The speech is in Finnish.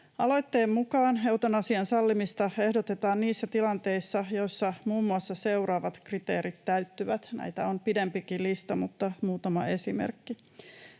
Aloitteen mukaan eutanasian sallimista ehdotetaan niissä tilanteissa, joissa muun muassa seuraavat kriteerit täyttyvät, näitä on pidempikin lista, mutta muutama esimerkki: